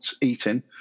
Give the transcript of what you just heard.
eating